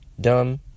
dumb